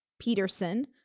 Peterson